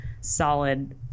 solid